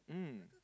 mm